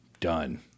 done